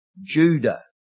Judah